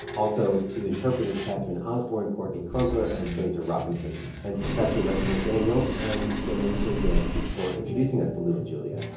also to interpreters catherine osborn, courtney crumpler and fraser robinson and professor reginald daniel and daunasia yancey for introducing us to lu and julia.